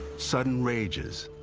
sudden rages,